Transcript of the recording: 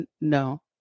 no